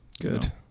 Good